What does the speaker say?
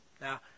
Now